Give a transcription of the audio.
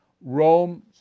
Rome